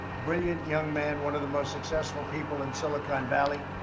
brilliant young man one of the most successful people in silicon valley.